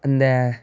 அந்த